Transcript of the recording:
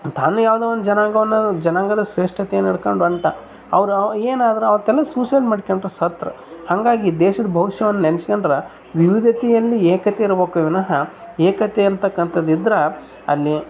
ತಾನು ಯಾವುದೋ ಒಂದು ಜನಾಂಗವನ್ನು ಜನಾಂಗದ ಶ್ರೇಷ್ಟತೆಯನ್ನ ಇಟ್ಕೊಂಡ್ ಹೊಂಟ ಅವ್ರು ಅವ ಏನಾದ್ರು ಅವ್ರು ತನ್ನ ಸುಸೈಡ್ ಮಾಡ್ಕೊಂಡ್ರ್ ಸತ್ತರು ಹಾಂಗಾಗಿ ದೇಶದ ಭವಿಷ್ಯವನ್ ನೆನಸ್ಕೊಂಡ್ರೆ ವಿವಿಧತೆಯಲ್ಲಿ ಏಕತೆ ಇರಬೇಕು ವಿನಹ ಏಕತೆ ಅಂತಕ್ಕಂಥದ್ ಇದ್ರೆ ಅಲ್ಲಿ